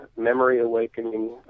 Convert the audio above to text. memory-awakening